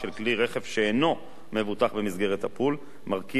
שאינו מבוטח במסגרת "הפול" מרכיב העמסה,